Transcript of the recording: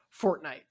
Fortnite